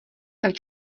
tak